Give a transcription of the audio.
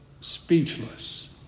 speechless